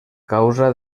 causa